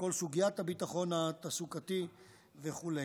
כל סוגיית הביטחון התעסוקתי וכו'.